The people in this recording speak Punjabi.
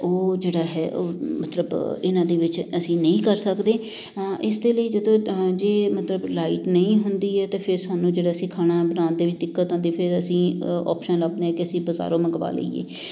ਉਹ ਜਿਹੜਾ ਹੈ ਉਹ ਮਤਲਬ ਇਹਨਾਂ ਦੇ ਵਿੱਚ ਅਸੀਂ ਨਹੀਂ ਕਰ ਸਕਦੇ ਇਸ ਦੇ ਲਈ ਜਦੋਂ ਜੇ ਮਤਲਬ ਲਾਈਟ ਨਹੀਂ ਹੁੰਦੀ ਹੈ ਤਾਂ ਫਿਰ ਸਾਨੂੰ ਜਿਹੜਾ ਅਸੀਂ ਖਾਣਾ ਬਣਾਉਣ ਦੇ ਵਿੱਚ ਦਿੱਕਤ ਆਉਂਦੀ ਫਿਰ ਅਸੀਂ ਓਪਸ਼ਨ ਲੱਭਦੇ ਕਿ ਅਸੀਂ ਬਾਜ਼ਾਰੋਂ ਮੰਗਵਾ ਲਈਏ